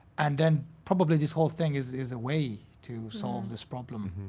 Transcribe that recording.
and then probably this whole thing is is a way to solve this problem,